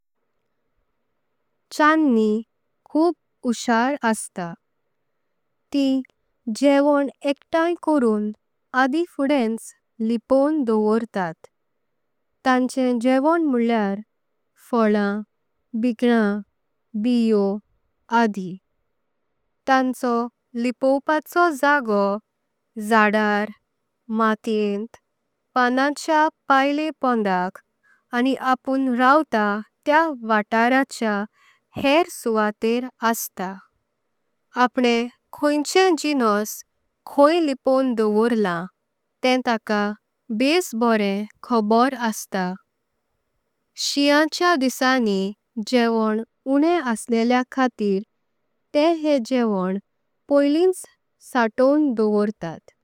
चाणी कुंभ हुशार असता तीं जेवों एकटाइम करून। आदे फुडेंच लिपून दवोरतात तांचे जेवों म्होल्लेार। फल्लां, बिक्णा, बियो आदी तांचे लिपोवपाचो जागो। झाडार, मातीयेंत, पानाच्या पैले पोंडांक आनी अपुण। रावता त्या वाताराचें हेर सुवांत असता आपणे खयचे जिन्स। कोइ लिपून दवोरलां ते तका भेस बोरें खोंबर असता। शिनयाचे दसंनी जेवों उन्हें असलेलया खातीर। ते हे जेवंन पोइल‍ईंच सत्तून दवोरतात।